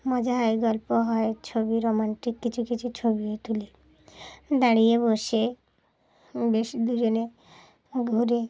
মজা হয় গল্প হয় ছবি রোমান্টিক কিছু কিছু ছবিও তুলি দাঁড়িয়ে বসে বেশ দুজনে ঘুরে